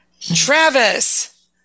Travis